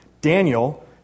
Daniel